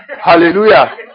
Hallelujah